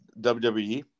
WWE